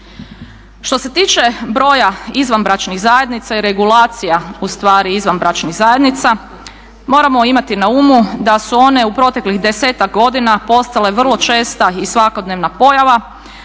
Što se tiče broja izvanbračnih zajednica i regulacija u stvari izvanbračnih zajednica moramo imati na umu da su one u proteklih desetak godina postale vrlo česta i svakodnevna pojava,